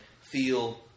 feel